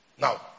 Now